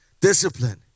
Discipline